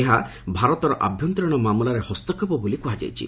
ଏହା ଭାରତର ଆଭ୍ୟନ୍ତରୀଣ ମାମଲାରେ ହସ୍ତକ୍ଷେପ ବୋଲି କୁହାଯାଇଛି